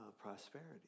prosperity